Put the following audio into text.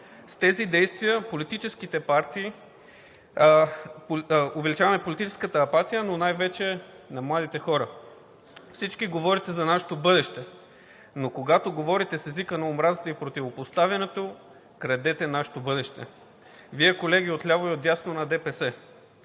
С тези действия увеличаваме политическата апатия, но най-вече на младите хора. Всички говорите за нашето бъдеще, но когато говорите с езика на омразата и противопоставянето, крадете нашето бъдеще. Вие, колеги, отляво и отдясно на ДПС,